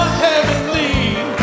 heavenly